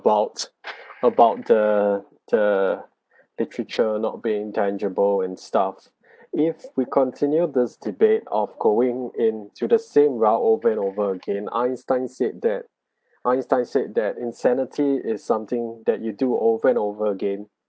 about about the the literature not being tangible and stuff if we continue this debate of going in to the same rowd over and over again einstein said that einstein said that insanity is something that you do over and over again